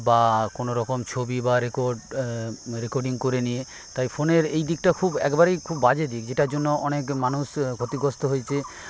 বা কোনোরকম ছবি বা রেকর্ড রেকর্ডিং করে নিয়ে তাই ফোনের এই দিকটা খুব একবারেই খুব বাজে দিক যেটার জন্য অনেক মানুষ ক্ষতিগ্রস্ত হয়েছে